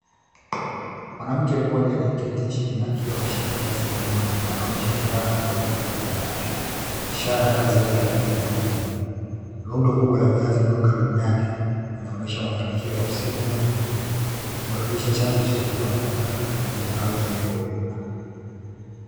Mwanamke mmoja aliyeketi chini akiwa ameshika viazi mkononi anaonyesha furaha na kuridhika na mavuno yake, ishara ya kazi yake ya bidii na uvumilivu. Rundo kubwa la viazi lililokaribu yake, linaonyesha mafanikio ya msimu na mavuno. Ikiwakilisha chanzo cha chakula na kipato kwa familia au jamii kwa ujumla.